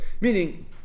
Meaning